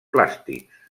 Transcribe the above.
plàstics